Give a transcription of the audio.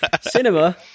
Cinema